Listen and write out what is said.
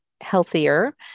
healthier